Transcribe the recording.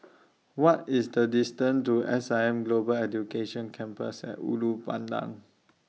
What IS The distance to S I M Global Education Campus At Ulu Pandan